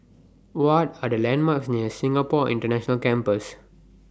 What Are The landmarks near Singapore International Campus